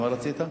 מה רצית?